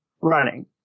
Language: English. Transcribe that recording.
running